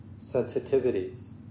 sensitivities